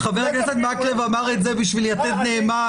חבר הכנסת מקלב אמר את זה בשביל 'יתד נאמן',